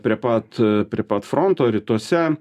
prie pat prie pat fronto rytuose